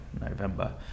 November